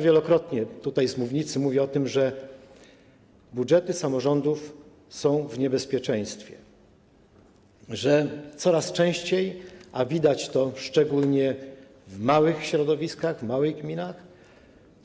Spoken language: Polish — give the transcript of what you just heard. Wielokrotnie tutaj, z mównicy mówiłem o tym, że budżety samorządów są w niebezpieczeństwie, że coraz częściej, a widać to szczególnie w małych środowiskach, w małych gminach,